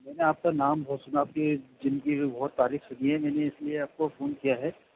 میں نے آپ کا نام بہت سنا آپ کی جن کی بھی بہت تعریف سنی ہے میں نے اس لیے آپ کو فون کیا ہے